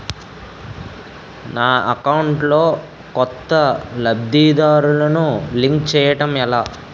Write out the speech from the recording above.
నా అకౌంట్ లో కొత్త లబ్ధిదారులను లింక్ చేయటం ఎలా?